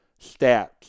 stats